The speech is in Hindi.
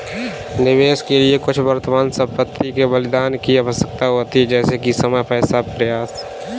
निवेश के लिए कुछ वर्तमान संपत्ति के बलिदान की आवश्यकता होती है जैसे कि समय पैसा या प्रयास